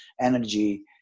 energy